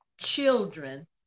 children